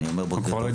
ואני אומר בוקר טוב,